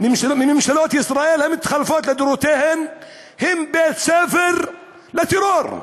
מממשלות ישראל המתחלפות לדורותיהן הן בית-ספר לטרור,